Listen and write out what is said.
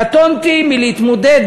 קטונתי מלהתמודד,